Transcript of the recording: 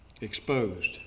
exposed